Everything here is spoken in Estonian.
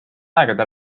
aegade